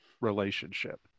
relationship